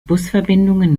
busverbindungen